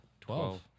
Twelve